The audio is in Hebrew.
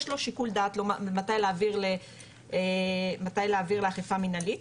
יש לו שיקול דעת מתי להעביר לאכיפה מנהלית.